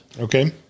Okay